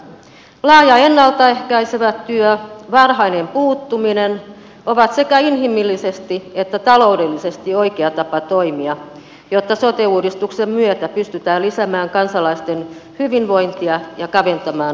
laaja ennalta ehkäisevä työ varhainen puuttuminen ovat sekä inhimillisesti että taloudellisesti oikea tapa toimia jotta sote uudistuksen myötä pystytään lisäämään kansalaisten hyvinvointia ja kaventamaan terveyseroja